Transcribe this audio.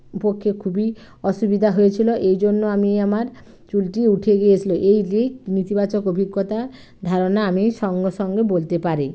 পক্ষে খুবই অসুবিধা হয়েছিলো এই জন্য আমি আমার চুলটি উঠে গিয়েছিলো এই লিক নেতিবাচক অভিজ্ঞতা ধারণা আমি সঙ্গে সঙ্গে বলতে পারি